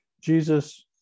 Jesus